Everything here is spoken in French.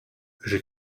j’ai